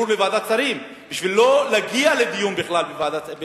הוא לא הגיש את הערעור לוועדת שרים,